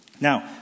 Now